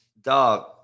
dog